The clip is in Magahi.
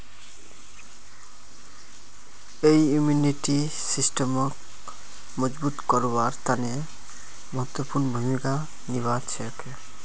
यई इम्यूनिटी सिस्टमक मजबूत करवार तने महत्वपूर्ण भूमिका निभा छेक